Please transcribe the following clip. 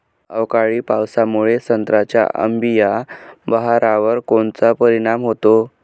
अवकाळी पावसामुळे संत्र्याच्या अंबीया बहारावर कोनचा परिणाम होतो?